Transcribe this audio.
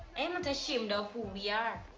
i'm not ashamed of who we are.